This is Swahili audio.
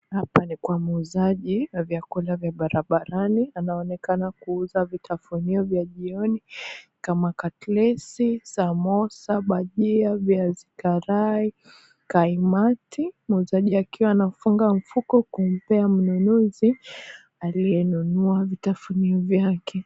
Hapa ni kwa muuzaji wa vyakula vya barabarani anaonekana kuuza vitafunio vya jioni kama katlesi, samosa, bajia, viazi karai, kaimati, muuzaji akiwa anafunga mfuko kumpea mnunuzi aliyenunua vitafunio vyake.